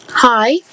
Hi